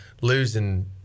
losing